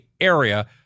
Area